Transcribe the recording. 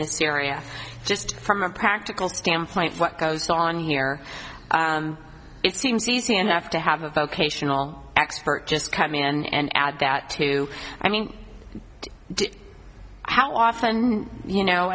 this area just from a practical standpoint what goes on here it seems easy enough to have a vocational expert just come in and add that to i mean how often you know